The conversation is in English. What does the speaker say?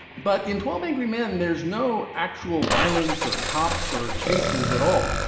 but in twelve angry men, there's no actual violence or cops or chases at all.